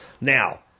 now